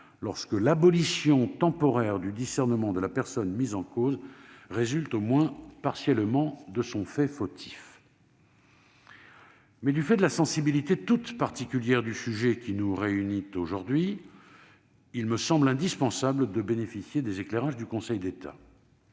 lorsque l'abolition temporaire du discernement de la personne mise en cause résulte au moins partiellement de son fait fautif. Mais, du fait de la sensibilité toute particulière du sujet qui nous réunit aujourd'hui, il me semble indispensable de bénéficier des éclairages du Conseil d'État.